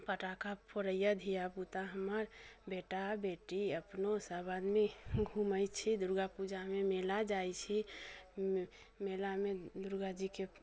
पटाखा फोड़ैए धियापुता हमर बेटा बेटी अपनो सभ आदमी घुमै छी दुर्गापूजामे मेला जाइ छी मे मेलामे दुर्गा जीके